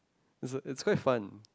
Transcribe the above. it's it's quite fun